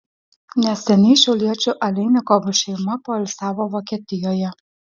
neseniai šiauliečių aleinikovų šeima poilsiavo vokietijoje